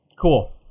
cool